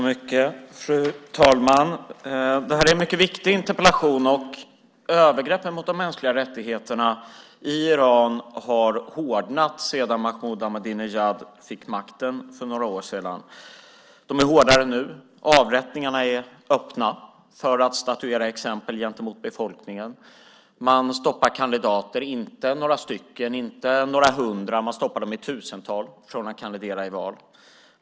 Fru talman! Detta är en mycket viktig interpellation, och övergreppen mot de mänskliga rättigheterna i Iran har hårdnat sedan Mahmoud Ahmadinejad fick makten för några år sedan. De är hårdare nu. Avrättningarna är öppna för att statuera exempel gentemot befolkningen. Man stoppar kandidater - inte några stycken, inte några hundra, utan tusentals - från att ställa upp i val.